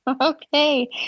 Okay